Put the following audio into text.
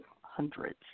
hundreds